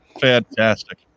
Fantastic